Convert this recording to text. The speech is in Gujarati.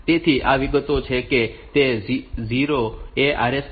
તેથી આ વિગતો છે કે તે 0 એ RST 5